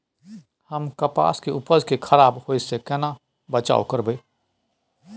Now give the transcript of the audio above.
हम कपास के उपज के खराब होय से केना बचाव करबै?